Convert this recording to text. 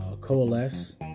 coalesce